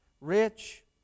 rich